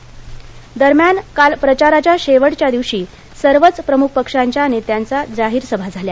प्रचार दरम्यान काल प्रचाराच्या शेवटच्या दिवशी सर्वच प्रमुख पक्षांच्या नेत्यांचा जाहीर सभा झाल्या